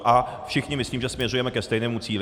A všichni myslím, že směrujeme ke stejnému cíli.